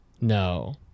No